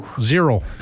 Zero